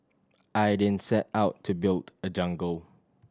I didn't set out to build a jungle